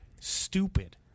stupid